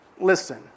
listen